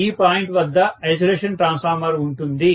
ఈ పాయింట్ వద్ద isolation transformer ఉంటుంది